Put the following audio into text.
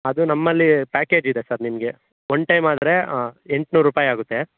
ಅದು ನಮ್ಮಲಿ ಪ್ಯಾಕೇಜ್ ಇದೆ ಸರ್ ನಿಮಗೆ ಒನ್ ಟೈಮ್ ಆದರೆ ಎಂಟುನೂರು ರೂಪಾಯಿ ಆಗುತ್ತೆ